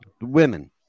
Women